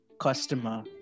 Customer